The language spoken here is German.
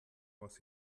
was